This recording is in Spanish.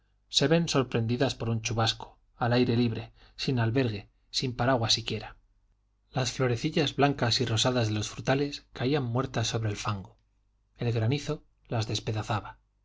se ven sorprendidas por un chubasco al aire libre sin albergue sin paraguas siquiera las florecillas blancas y rosadas de los frutales caían muertas sobre el fango el granizo las despedazaba